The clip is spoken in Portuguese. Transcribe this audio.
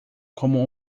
como